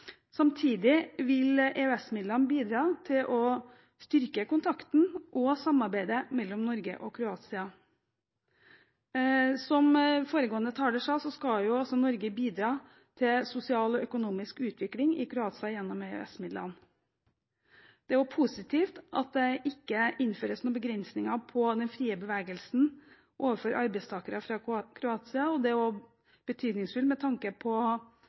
å styrke kontakten og samarbeidet mellom Norge og Kroatia. Som foregående taler sa, skal Norge også bidra til sosial og økonomisk utvikling i Kroatia gjennom EØS-midlene. Det er også positivt at det ikke innføres noen begrensninger på den frie bevegelsen overfor arbeidstakere fra Kroatia. Det er også betydningsfullt med tanke på